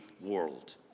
world